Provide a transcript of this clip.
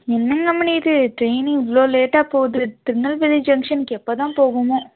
என்னங்க அம்மனி இது ட்ரெயின் இவ்வளோ லேட்டாக போது திருநெல்வேலி ஜங்ஷன்க்கு எப்போதான் போகுமோ